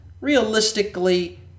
realistically